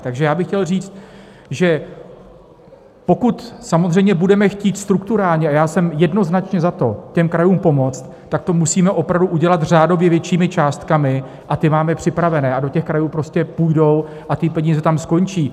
Takže já bych chtěl říct, že pokud budeme chtít strukturálně a já jsem jednoznačně za to těm krajům pomoct, tak to musíme opravdu udělat řádově většími částkami, a ty máme připravené, do těch krajů prostě půjdou a ty peníze tam skončí.